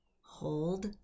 hold